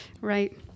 Right